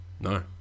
No